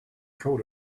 coat